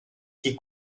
qui